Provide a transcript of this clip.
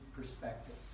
perspective